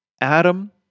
Adam